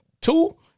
two